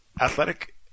Athletic